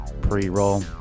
pre-roll